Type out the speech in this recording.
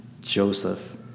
Joseph